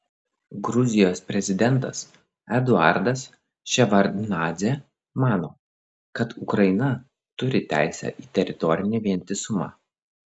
gruzijos prezidentas eduardas ševardnadzė mano kad ukraina turi teisę į teritorinį vientisumą